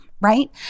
right